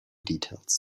details